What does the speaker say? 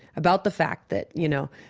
about the fact that, you know,